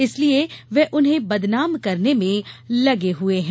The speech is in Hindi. इसलिए वे उन्हें बदनाम करने में लगे हुए है